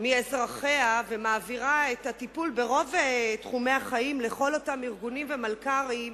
מאזרחיה ומעבירה את הטיפול ברוב תחומי החיים לכל אותם ארגונים ומלכ"רים,